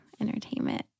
entertainment